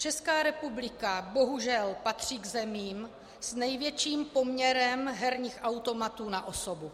Česká republika bohužel patří k zemím s největším poměrem herních automatů na osobu.